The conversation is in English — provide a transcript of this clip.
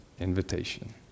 invitation